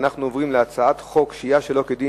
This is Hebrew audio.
אנחנו עוברים להצעת חוק שהייה שלא כדין